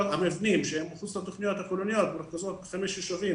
המבנים שהם מחוץ לתכניות הכוללניות מרוכזות בחמישה ישובים,